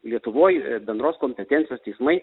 lietuvoj bendros kompetencijos teismai